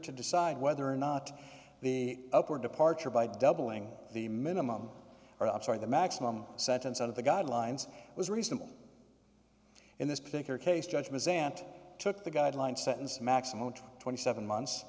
to decide whether or not the upward departure by doubling the minimum or ups are the maximum sentence out of the guidelines was reasonable in this particular case judgement sant took the guideline sentence maximum of twenty seven months